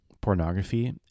pornography